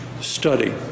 Study